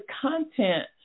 content